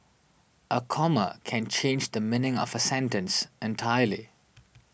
a comma can change the meaning of a sentence entirely